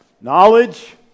knowledge